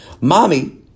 Mommy